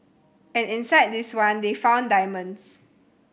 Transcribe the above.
and inside this one they found diamonds